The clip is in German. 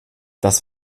das